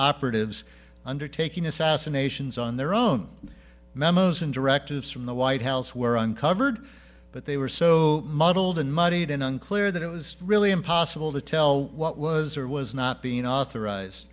operatives undertaking assassinations on their own memos and directives from the white house were uncovered but they were so muddled and muddied and unclear that it was really impossible to tell what was or was not being authorized